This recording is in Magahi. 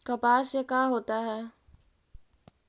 कपास से का होता है?